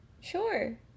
Sure